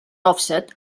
òfset